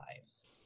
lives